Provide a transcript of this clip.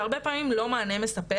אבל זה הרבה פעמים לא מענה מספק.